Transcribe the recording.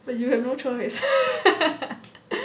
but you have no choice